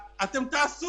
צריך להבין שדמי אבטלה זו